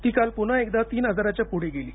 ती काल पुन्हा एकदा तीन हजारच्या पुढे गेली